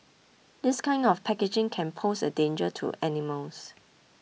this kind of packaging can pose a danger to animals